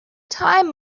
time